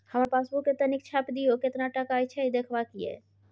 हमर पासबुक के तनिक छाय्प दियो, केतना टका अछि देखबाक ये?